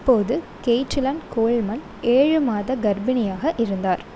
அப்போது Caitlyn Coleman ஏழு மாத கர்ப்பிணியாக இருந்தார்